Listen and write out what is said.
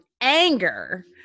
anger